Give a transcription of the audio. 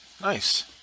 Nice